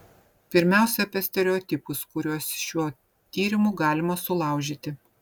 pirmiausia apie stereotipus kuriuos šiuo tyrimu galima sulaužyti